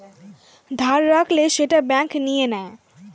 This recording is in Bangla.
ধার রাখলে সেটা ব্যাঙ্ক নিয়ে নেয়